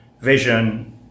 vision